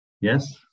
Yes